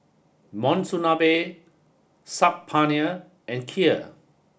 Monsunabe Saag Paneer and Kheer